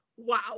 Wow